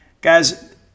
Guys